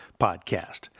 podcast